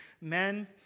Men